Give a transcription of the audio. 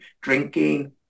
drinking